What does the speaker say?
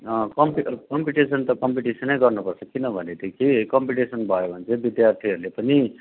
अँ कम्पि कम्पिटिसन त कम्पिटिसनै गर्नुपर्छ किन भनेदेखि कम्पिटिसन भयो भने चाहिँ विद्यार्थीहरूले पनि